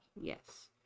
Yes